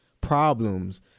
problems